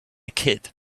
kid